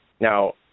Now